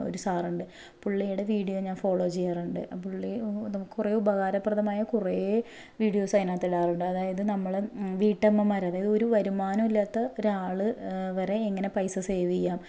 ഒരു സാറുണ്ട് പുള്ളീടെ വീഡിയോ ഞാൻ ഫോളോ ചെയ്യാറുണ്ട് പുള്ളി നമുക്ക് കുറെ ഉപകാരപ്രദമായ കുറെ വീഡിയോസ് അയിനാത്തിടാറുണ്ട് അതായത് നമ്മൾ വീട്ടമ്മമാർ അതായത് ഒരു വരുമാനം ഇല്ലാത്തൊരാൾ വരെ എങ്ങനെ പൈസ സേവ് ചെയ്യാം